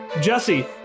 Jesse